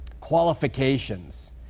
qualifications